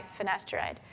finasteride